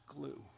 glue